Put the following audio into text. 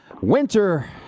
winter